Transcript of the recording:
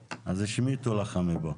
ותכנון.